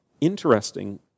interesting